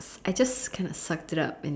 I just kind of sucked it up and